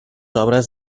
obres